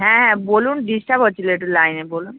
হ্যাঁ বলুন ডিসটার্ব হচ্ছিল একটু লাইনে বলুন